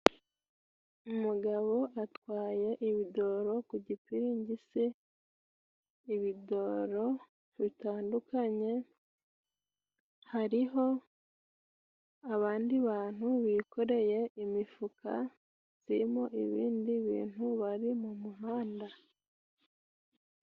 Umugabo atwaye ibidoro ku gipiringisi, ibidoro bitandukanye. Hariho abandi bantu bikoreye imifuka irimo ibindi bintu bari mu muhanda.